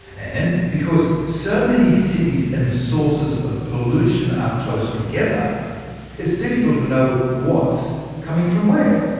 and because so many cities and sources of pollution are close together it's difficult to know what's coming from where.